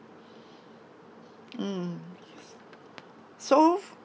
mm so